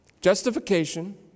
Justification